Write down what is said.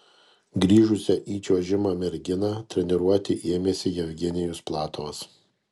grįžusią į čiuožimą merginą treniruoti ėmėsi jevgenijus platovas